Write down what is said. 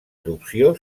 erupció